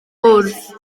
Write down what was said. wrth